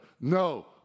No